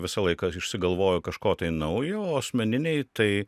visą laiką išsigalvoju kažko tai naujo o asmeniniai tai